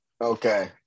okay